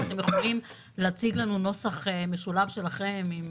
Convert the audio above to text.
אם אתם יכולים להציג לנו נוסח משולב שלכם עם